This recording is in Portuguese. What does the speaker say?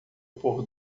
pôr